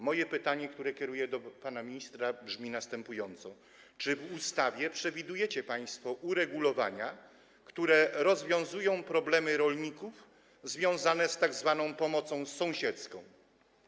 Moje pytanie, które kieruję do pana ministra, brzmi następująco: Czy w ustawie przewidujecie państwo uregulowania, które rozwiązują problemy rolników związane z tzw. pomocą sąsiedzką?